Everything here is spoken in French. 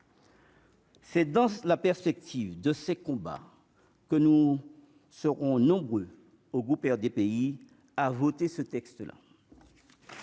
C'est dans la perspective de ces combats que nous serons nombreux au groupe RDPI à voter ce texte là.